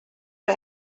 für